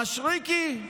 מישרקי,